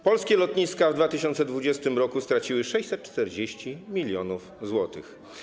Polskie lotniska w 2020 r. straciły 640 mln zł.